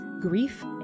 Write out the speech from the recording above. grief